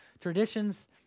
Traditions